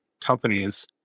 companies